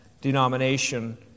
denomination